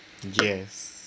yes